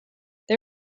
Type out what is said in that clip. they